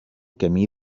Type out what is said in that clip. camí